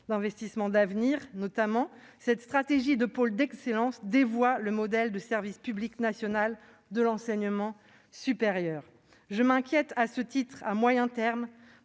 d'investissements d'avenir (PIA), notamment, cette stratégie de pôles d'excellence dévoie le modèle de service public national d'enseignement supérieur. Je m'inquiète à ce titre de la